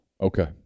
Okay